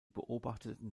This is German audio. beobachten